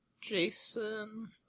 Jason